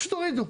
פשוט הורידו.